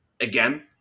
Again